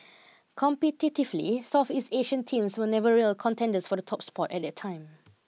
competitively Southeast Asian teams were never real contenders for the top spot at that time